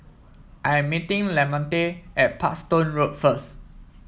I am meeting Lamonte at Parkstone Road first